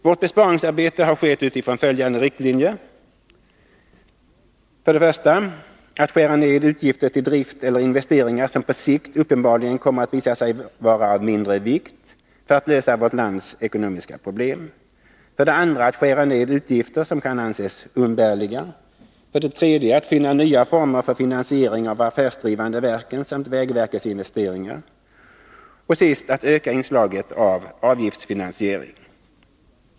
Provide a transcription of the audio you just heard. Vårt besparingsarbete har skett utifrån följande riktlinjer: 1. att skära ned utgifter till drift eller investeringar som på sikt uppenbarligen kommer att visa sig vara av mindre vikt när det gäller att lösa vårt lands ekonomiska problem, 2. att skära ned utgifter som kan anses umbärliga, 3. att finna nya former för finansiering av de affärsdrivande verken samt vägverkets investeringar, 4. att öka inslaget av avgiftsfinansiering.